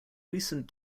recent